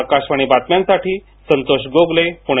आकाशवाणी बातम्यासंसाठी संतोष गोगले पुणे